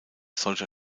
solcher